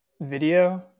video